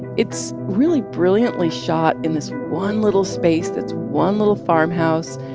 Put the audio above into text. it's really brilliantly shot in this one little space that's one little farmhouse.